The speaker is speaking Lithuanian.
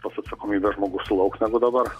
tos atsakomybės žmogus sulauks negu dabar